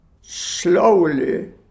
slowly